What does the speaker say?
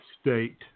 state